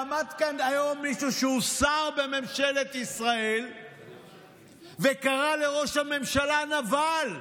עמד כאן היום מישהו שהוא שר בממשלת ישראל וקרא לראש הממשלה "נבל",